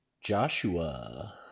Joshua